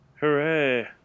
Hooray